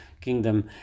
kingdom